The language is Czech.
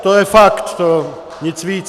To je fakt, nic víc.